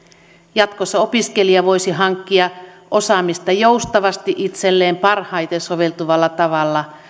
jatkossa opiskelija voisi hankkia osaamista joustavasti itselleen parhaiten soveltuvalla tavalla